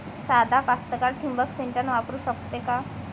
सादा कास्तकार ठिंबक सिंचन वापरू शकते का?